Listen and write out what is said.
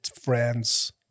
friends